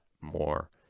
more